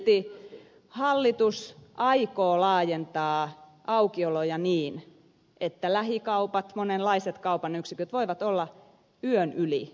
ja silti hallitus aikoo laajentaa aukioloja niin että lähikaupat monenlaiset kaupan yksiköt voivat olla yön yli auki